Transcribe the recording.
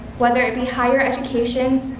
whether it be higher education,